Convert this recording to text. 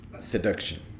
seduction